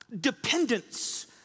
dependence